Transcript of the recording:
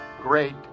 great